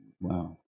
wow